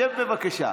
שב, בבקשה.